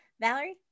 Valerie